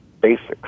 basics